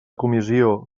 comissió